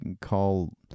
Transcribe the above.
call